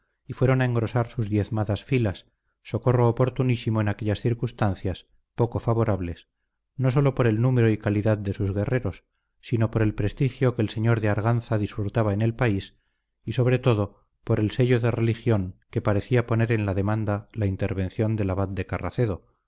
y fueron a engrosar sus diezmadas filas socorro oportunísimo en aquellas circunstancias poco favorables no sólo por el número y calidad de sus guerreros sino por el prestigio que el señor de arganza disfrutaba en el país y sobre todo por el sello de religión que parecía poner en la demanda la intervención del abad de carracedo